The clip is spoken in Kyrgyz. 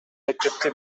мектепти